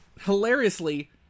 hilariously